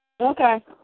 okay